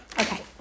Okay